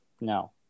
no